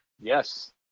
Yes